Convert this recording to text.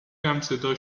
همصدا